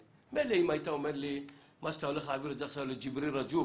מילא אם היית אומר לי שאתה הולך להעביר את זה עכשיו לג'יבריל רג'וב,